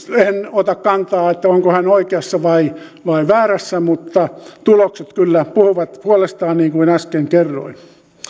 ota kantaa onko hän oikeassa vai väärässä mutta tulokset kyllä puhuvat puolestaan niin kuin äsken kerroin